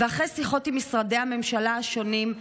ואחרי שיחות עם משרדי הממשלה השונים,